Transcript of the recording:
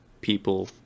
people